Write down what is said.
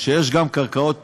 שיש גם קרקעות פרטיות.